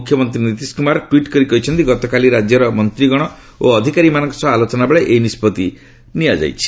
ମୁଖ୍ୟମନ୍ତ୍ରୀ ନୀତିଶ କୁମାର ଟ୍ୱିଟ୍ କରି କହିଛନ୍ତି ଗତକାଲି ରାଜ୍ୟର ମନ୍ତ୍ରୀଗଣ ଓ ଅଧିକାରୀମାନଙ୍କ ସହ ଆଲୋଚନା ବେଳେ ଏହି ନିଷ୍ପଭି ନିଆଯାଇଛି